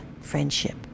friendship